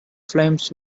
flames